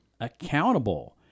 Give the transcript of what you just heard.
accountable